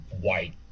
white